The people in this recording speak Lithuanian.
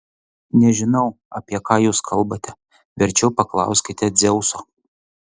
nežinau apie ką jūs kalbate verčiau paklauskite dzeuso